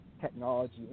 technology